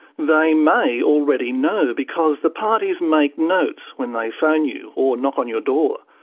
they may already know, because the parties make notes when they phone you or knock on your door.